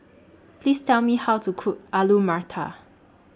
Please Tell Me How to Cook Alu Matar